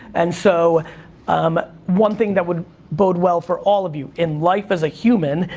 and so um one thing that would bode well for all of you, in life, as a human,